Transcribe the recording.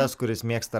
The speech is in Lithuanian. tas kuris mėgsta